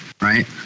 right